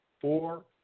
four